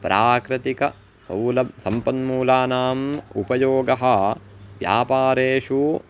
प्राकृतिकसौलभ्यं सम्पन्मूलानाम् उपयोगः व्यापारेषु